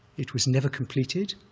it was never completed.